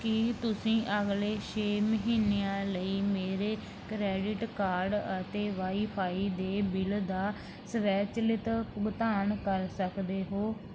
ਕੀ ਤੁਸੀਂਂ ਅਗਲੇ ਛੇ ਮਹੀਨਿਆਂ ਲਈ ਮੇਰੇ ਕਰੇਡਿਟ ਕਾਰਡ ਅਤੇ ਵਾਈ ਫ਼ਾਈ ਦੇ ਬਿੱਲ ਦਾ ਸਵੈਚਲਿਤ ਭੁਗਤਾਨ ਕਰ ਸਕਦੇ ਹੋ